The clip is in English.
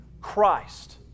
Christ